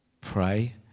Pray